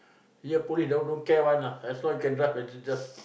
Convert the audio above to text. here police all don't care one lah as long I can drive can j~ just